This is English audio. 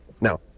No